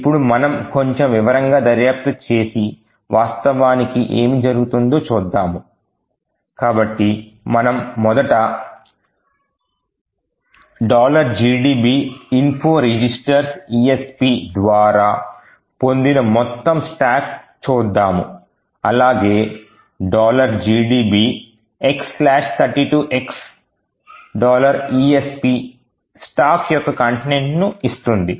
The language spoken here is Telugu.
ఇప్పుడు మనం కొంచెం వివరంగా దర్యాప్తు చేసి వాస్తవానికి ఏమి జరుగుతుందో చూద్దాము కాబట్టి మనము మొదట gdb info registers esp ద్వారా పొందిన మొత్తం స్టాక్ చూద్దాము అలాగే gdb x32x esp స్టాక్ యొక్క కంటెంట్ ను ఇస్తుంది